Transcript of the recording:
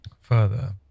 further